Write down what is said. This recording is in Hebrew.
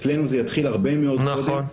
אצלנו זה יתחיל הרבה מאוד קודם,